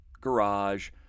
garage